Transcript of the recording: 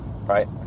right